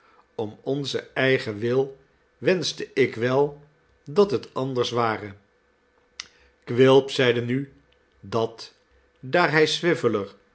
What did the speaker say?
om onzen eigen wil wenschte ik wel dat het anders ware quilp zeide nu dat daar hij